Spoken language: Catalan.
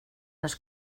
les